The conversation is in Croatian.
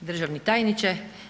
Državni tajniče.